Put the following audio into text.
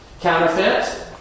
Counterfeit